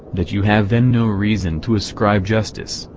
that you have then no reason to ascribe justice,